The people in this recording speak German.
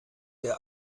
der